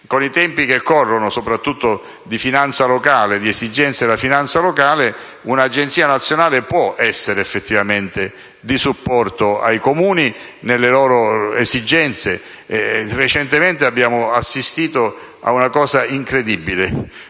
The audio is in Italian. con i tempi che corrono, soprattutto di esigenze della finanza locale, un'Agenzia nazionale possa essere effettivamente di supporto ai Comuni nelle loro esigenze. Recentemente abbiamo assistito a una vicenda incredibile: